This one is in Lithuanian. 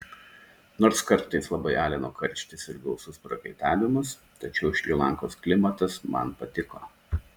nors kartais labai alino karštis ir gausus prakaitavimas tačiau šri lankos klimatas man patiko